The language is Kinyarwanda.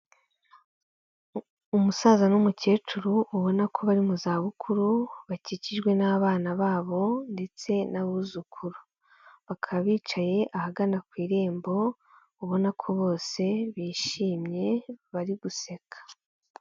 Umusaza n'umukecuru, ubona ko bari mu za bukuru bakikijwe n'abana babo ndetse n'abuzukuru, bakaba bicaye ahagana ku irembo ubona ko bose bishimye bari guseka.